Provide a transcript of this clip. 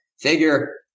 figure